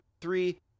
three